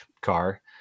Car